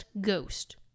ghost